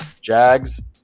Jags